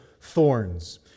thorns